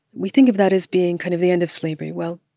we think of that as being kind of the end of slavery. well,